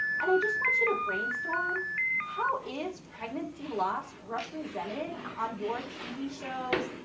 and i just want you to brainstorm how is pregnancy loss represented on your tv shows,